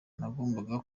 nagombaga